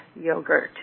yogurt